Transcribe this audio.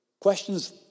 Questions